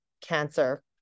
cancer